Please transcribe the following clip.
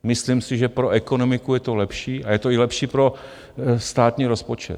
Myslím si, že pro ekonomiku je to lepší a je to i lepší pro státní rozpočet.